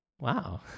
wow